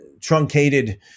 truncated